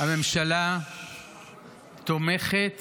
הממשלה תומכת